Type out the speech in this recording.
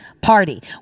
Party